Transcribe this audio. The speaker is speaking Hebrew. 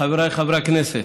חבריי חברי הכנסת,